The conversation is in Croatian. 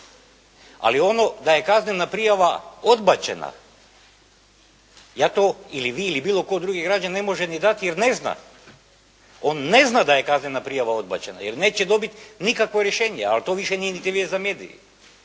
ali ono da je kaznena prijava odbačena ja to ili vi ili bilo koji drugi građanin ne može ni dati jer ne zna. On ne zna da je kaznena prijava odbačena jer neće dobiti nikakvo rješenje ali to više nije niti za medije.